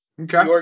Okay